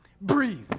breathe